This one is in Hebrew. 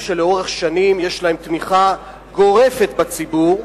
שלאורך שנים יש להם תמיכה גורפת בציבור,